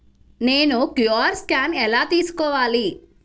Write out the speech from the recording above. నేను QR scan ఎలా తీసుకోవాలి?